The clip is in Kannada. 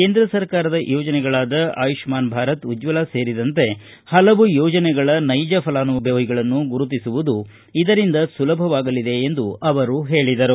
ಕೇಂದ್ರ ಸರ್ಕಾರದ ಯೋಜನೆಗಳಾದ ಆಯುಷ್ಹಾನ್ ಭಾರತ ಉಜ್ವಲಾ ಸೇರಿದಂತೆ ಹಲವು ಯೋಜನೆಗಳ ನೈಜ ಫಲಾನುಭವಿಗಳನ್ನು ಗುರುತಿಸುವುದು ಇದರಿಂದ ಸುಲಭವಾಗಲಿದೆ ಎಂದು ಅವರು ಹೇಳಿದರು